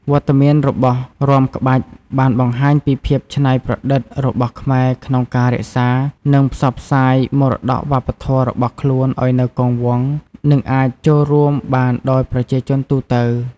វត្តមានរបស់រាំក្បាច់បានបង្ហាញពីភាពច្នៃប្រឌិតរបស់ខ្មែរក្នុងការរក្សា និងផ្សព្វផ្សាយមរតកវប្បធម៌របស់ខ្លួនឲ្យនៅគង់វង្ស និងអាចចូលរួមបានដោយប្រជាជនទូទៅ។